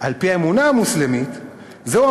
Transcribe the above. פעם שנייה אני קורא אותך לסדר.